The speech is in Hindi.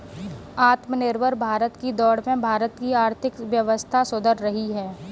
आत्मनिर्भर भारत की दौड़ में भारत की आर्थिक व्यवस्था सुधर रही है